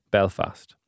Belfast